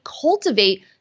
cultivate